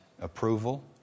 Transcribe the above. approval